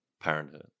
parenthood